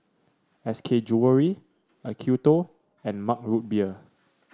S K Jewellery Acuto and Mug Root Beer